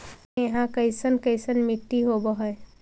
अपने यहाँ कैसन कैसन मिट्टी होब है?